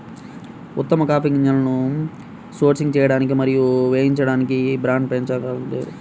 ఉత్తమ కాఫీ గింజలను సోర్సింగ్ చేయడానికి మరియు వేయించడానికి బ్రాండ్ పేరుగాంచలేదు